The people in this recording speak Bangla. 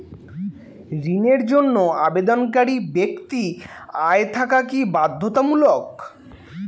ঋণের জন্য আবেদনকারী ব্যক্তি আয় থাকা কি বাধ্যতামূলক?